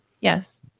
yes